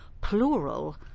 Plural